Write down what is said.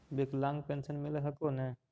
विकलांग पेन्शन मिल हको ने?